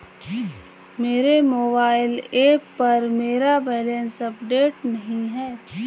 मेरे mobile app पर मेरा बैलेंस अपडेट नहीं है